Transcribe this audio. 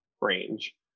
range